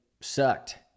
sucked